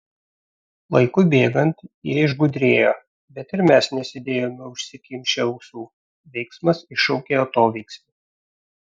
laikui bėgant jie išgudrėjo bet ir mes nesėdėjome užsikimšę ausų veiksmas iššaukia atoveiksmį